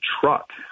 truck